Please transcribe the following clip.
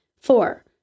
Four